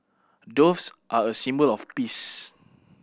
doves are a symbol of peace